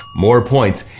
more points.